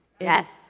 Yes